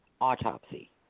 autopsy